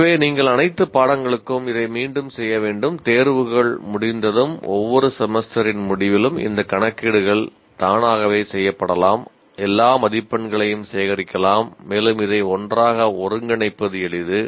எனவே நீங்கள் அனைத்து பாடங்களுக்கும் இதை மீண்டும் செய்ய வேண்டும் தேர்வுகள் முடிந்ததும் ஒவ்வொரு செமஸ்டரின் முடிவிலும் இந்த கணக்கீடுகள் தானாகவே செய்யப்படலாம் எல்லா மதிப்பெண்களையும் சேகரிக்கலாம் மேலும் இதை ஒன்றாக ஒருங்கிணைப்பது எளிது